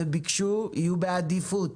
יהיו בעדיפות